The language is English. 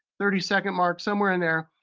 thirty second mark, somewhere in there,